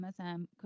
msm